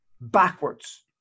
backwards